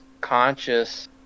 conscious